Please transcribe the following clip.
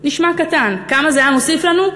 נשמע קטן, כמה זה היה מוסיף לנו?